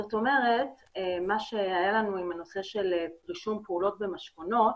זאת אומרת, בנושא של רישום פעולות במשכונות,